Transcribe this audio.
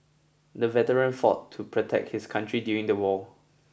the veteran fought to protect his country during the war